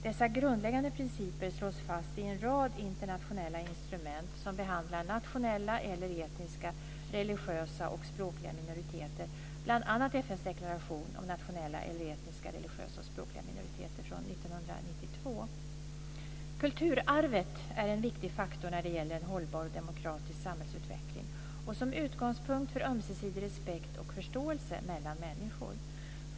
Dessa grundläggande principer slås fast i en rad internationella instrument som behandlar nationella eller etniska, religiösa och språkliga minoriteter, bl.a. FN:s deklaration om nationella eller etniska, religiösa och språkliga minoriteter från 1992. Kulturarvet är en viktig faktor när det gäller en hållbar och demokratisk samhällsutveckling och som utgångspunkt för ömsesidig respekt och förståelse mellan människor.